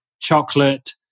chocolate